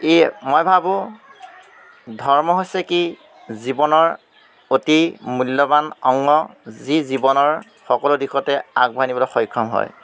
এয়ে মই ভাবোঁ ধৰ্ম হৈছে কি জীৱনৰ অতি মূল্যৱান অংগ যি জীৱনৰ সকলো দিশতে আগবঢ়াই নিবলৈ সক্ষম হয়